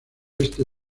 este